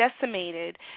decimated